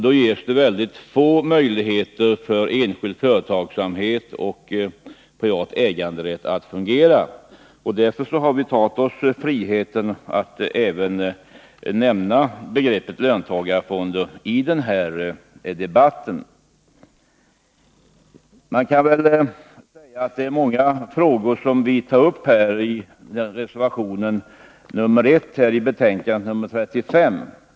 Då ges väldigt få möjligheter för enskild företagsamhet och privat äganderätt att fungera. Därför har vi tagit oss friheten att även nämna begreppet löntagarfonder i den här debatten. Det är många frågor som vi tar upp i reservation nr 1 till betänkande nr 35.